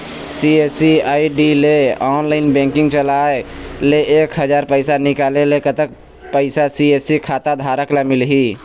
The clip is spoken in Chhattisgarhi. सी.एस.सी आई.डी ले ऑनलाइन बैंकिंग चलाए ले एक हजार पैसा निकाले ले कतक पैसा सी.एस.सी खाता धारक ला मिलही?